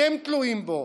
אתם תלויים בו.